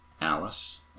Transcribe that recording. Alice